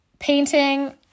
Painting